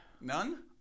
none